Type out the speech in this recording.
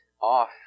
off